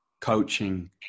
coaching